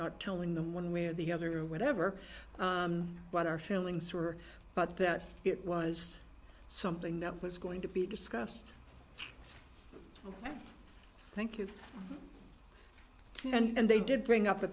not telling them one way or the other or whatever but our feelings were but that it was something that was going to be discussed thank you and they did bring up